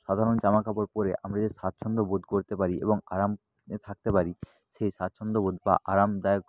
সাধারণ জামা কাপড় পরে আমরা যে স্বাচ্ছন্দ্যবোধ করতে পারি এবং আরামে থাকতে পারি সেই স্বাচ্ছন্দ্যবোধ বা আরামদায়ক